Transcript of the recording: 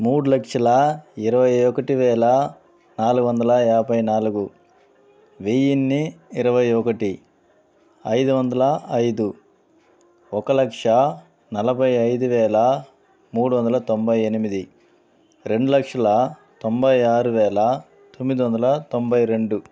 మూడు లక్షల ఇరవై ఒకటివేల నాలుగు వందల యాభై నాలుగు వెయ్యిన్ని ఇరవై ఒకటి ఐదు వందల ఐదు ఒక లక్ష నలభై ఐదువేల మూడు వందల తొంభై ఎనిమిది రెండు లక్షల తొంభై ఆరువేల తొమ్మిది వందల తొంభై రెండు